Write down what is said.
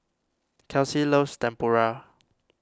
Kelsi loves Tempura